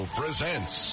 presents